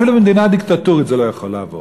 אפילו במדינה דיקטטורית זה לא יכול לעבור.